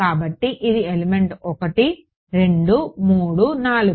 కాబట్టి ఇది ఎలిమెంట్ 1 2 3 4